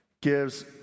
gives